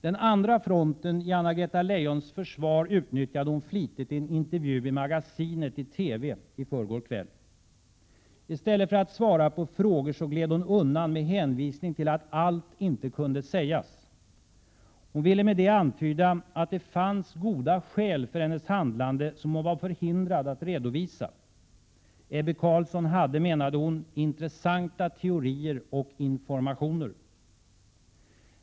Den andra fronten i Anna-Greta Leijons försvar utnyttjade hon flitigt i en intervju i Magasinet i TV i förrgår kväll. I stället för att svara på frågor gled hon undan med hänvisning till att allt inte kunde sägas. Hon ville med det antyda att det fanns goda skäl för hennes handlande som hon var förhindrad att redovisa. Ebbe Carlsson hade, menade hon, intressanta teorier och informationer.